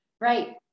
Right